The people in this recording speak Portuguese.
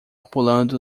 pulando